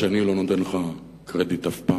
שאני לא נותן לך קרדיט אף פעם.